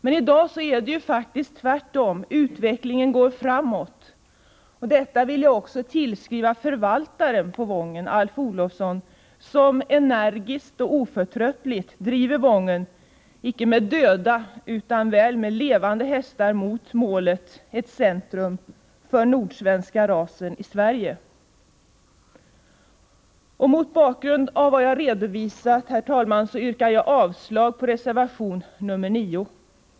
I dag är det faktiskt tvärtom — utvecklingen går framåt. Detta vill jag tillskriva förvaltaren på Wången, Alf Olofsson, som energiskt och oförtröttligt driver Wången icke med döda utan väl med levande hästar mot målet ett centrum för nordsvenska rasen i Sverige. Mot bakgrund av vad jag redovisat, herr talman, yrkar jag avslag på reservation 9.